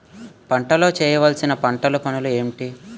పంటలో చేయవలసిన పంటలు పనులు ఏంటి?